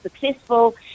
successful